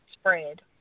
spread